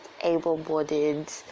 able-bodied